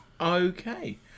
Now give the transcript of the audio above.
Okay